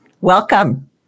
Welcome